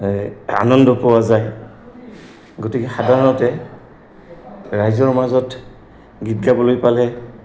আনন্দ পোৱা যায় গতিকে সাধাৰণতে ৰাইজৰ মাজত গীত গাবলৈ পালে